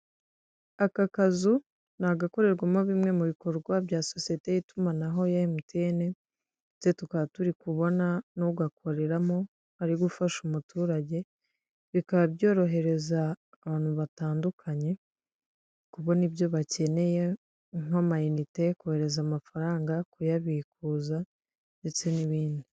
Aka kazi ni agakorerwamo bimwe mu bikorwa bya sosiyete y'itumanaho ya MTN, ndetse tukaba turi kubona n'ugakoreramo ari gufasha umuturage bikaba byorohereza abantu batandukanye kubona ibyo bakeneye nk'amayinite kohereza amafaranga, kuyabikuza ndetse n'ibindi.